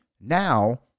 now